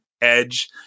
edge